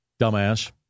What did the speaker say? Dumbass